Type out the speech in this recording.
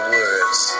words